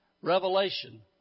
revelation